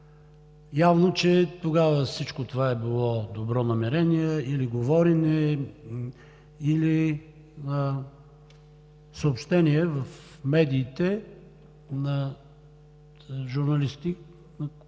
Явно, че тогава всичко това е било добро намерение или говорене, или съобщение в медиите на журналисти, които